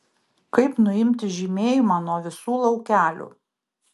kaip nuimti žymėjimą nuo visų laukelių